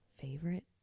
favorite